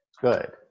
Good